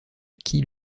qui